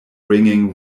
ringing